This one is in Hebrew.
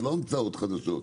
זה לא המצאות חדשות.